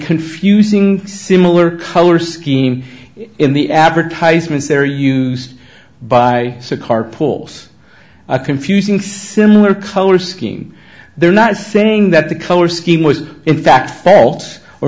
confusing similar color scheme in the advertisements they're used by so car pools a confusing similar color scheme they're not saying that the color scheme was in fact felt or